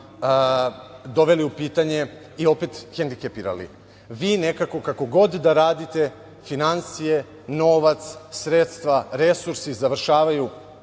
doveli u pitanje i opet hendikepirali. Vi nekako, kako god da radite, finansije, novac, sredstva, resursi završavaju